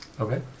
Okay